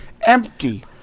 empty